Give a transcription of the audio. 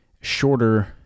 shorter